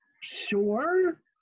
sure